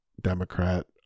Democrat